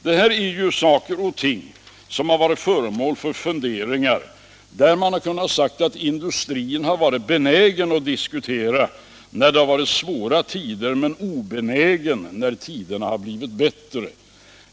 Det här är ju saker och ting som har varit föremål för funderingar, där man sagt att industrin har varit benägen att diskutera när det har varit svåra tider men obenägen när tiderna har blivit bättre.